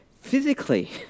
physically